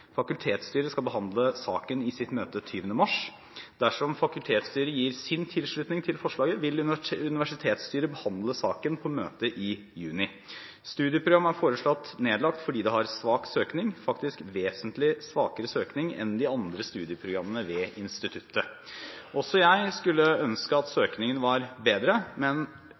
Fakultetsstyret skal behandle saken i sitt møte 20. mars. Dersom fakultetsstyret gir sin tilslutning til forslaget, vil universitetsstyret behandle saken på møtet i juni. Studieprogrammet er foreslått nedlagt fordi det har svak søkning – faktisk vesentlig svakere søkning enn de andre studieprogrammene ved instituttet. Også jeg skulle ønske at søkningen var bedre, men